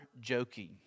joking